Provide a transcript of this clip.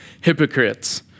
hypocrites